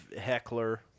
heckler